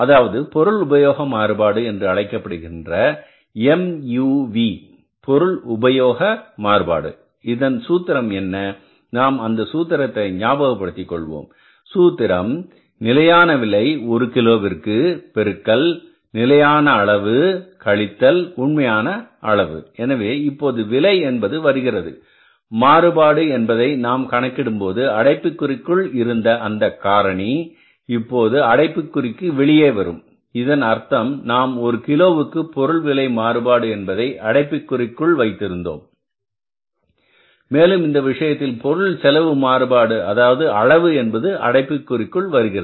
அதாவது பொருள் உபயோக மாறுபாடு என்று அழைக்கப்படுகின்ற MUV பொருள் உபயோக மாறுபாடு இதன் சூத்திரம் என்ன நாம் அந்த சூத்திரத்தை ஞாபகப்படுத்திக் கொள்வோம் சூத்திரம் நிலையான விலை ஒரு கிலோவிற்கு பெருக்கல் நிலையான அளவு கழித்தல் உண்மையான அளவு எனவே இப்போது விலை என்பது வருகிறது மாறுபாடு என்பதை நாம் கணக்கிடும்போது அடைப்புக்குறிக்குள் இருந்த அந்த காரணி இப்போது அடைப்புக்குறிக்கு வெளியே வரும் இதன் அர்த்தம் நாம் ஒரு கிலோவுக்கு பொருள் விலை மாறுபாடு என்பதை அடைப்புக்குறிக்குள் வைத்திருந்தோம் மேலும் இந்த விஷயத்தில் பொருள் செலவு மாறுபாடு அதாவது அளவு என்பது அடைப்புக்குறிக்குள் வருகிறது